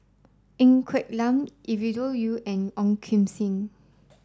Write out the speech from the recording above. Ng Quee Lam Ovidia Yu and Ong Kim Seng